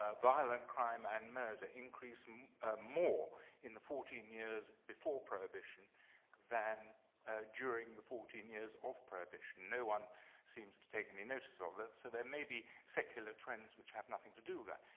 ah violent crime and murder increased um more in the fourteen years before prohibition than during the fourteen years of prohibition. no one seems to take any notice of that, so there may be secular trends which have nothing to do with that.